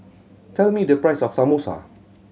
tell me the price of Samosa